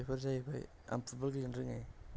बेफोर जाहैबाय आं फुटबल गेलेनो रोङो